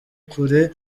kure